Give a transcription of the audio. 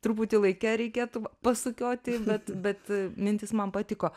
truputį laike reikėtų pasukioti bet bet mintis man patiko